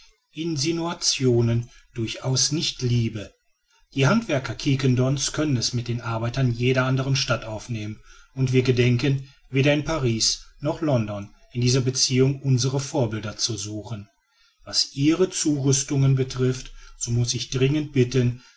insinuationen durchaus nicht liebe die handwerker quiquendone's können es mit den arbeitern jeder andern stadt aufnehmen und wir gedenken weder in paris noch london in dieser beziehung unsere vorbilder zu suchen was ihre zurüstungen betrifft so muß ich dringend bitten